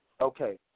Okay